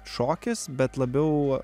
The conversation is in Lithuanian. šokis bet labiau